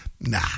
Nah